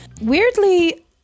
Weirdly